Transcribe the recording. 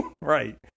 Right